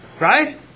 Right